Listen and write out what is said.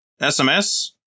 SMS